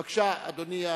בבקשה, אדוני,